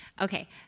Okay